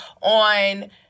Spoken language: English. on